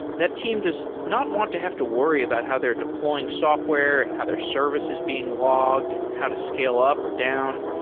that team does not want to have to worry about how they're deploying software and how their service is being law logged and how to scale up or down.